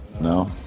No